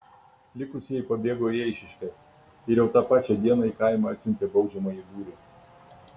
likusieji pabėgo į eišiškes ir jau tą pačią dieną į kaimą atsiuntė baudžiamąjį būrį